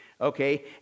okay